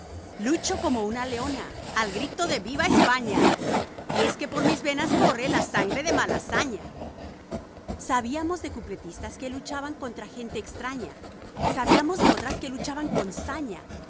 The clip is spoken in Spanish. lucho como una leona al grito de viva españa y es que por mis venas corre la sangre de malasaña sabíamos de cupletistas que luchaban contra gente extraña sabíamos de otras que luchaban con saña